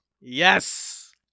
Yes